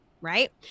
right